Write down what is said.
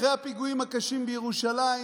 אחרי הפיגועים הקשים בירושלים